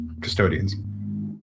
custodians